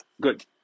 Good